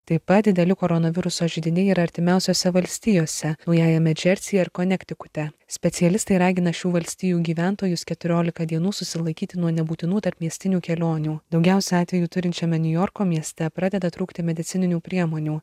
taip pat dideli koronaviruso židiniai yra artimiausiose valstijose naujajame džersyje ir konektikute specialistai ragina šių valstijų gyventojus keturiolika dienų susilaikyti nuo nebūtinų tarpmiestinių kelionių daugiausia atvejų turinčiame niujorko mieste pradeda trūkti medicininių priemonių